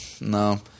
no